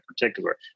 particular